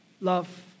love